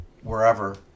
wherever